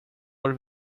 por